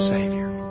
Savior